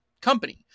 company